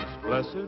blessed